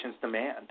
demand